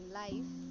life